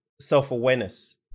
self-awareness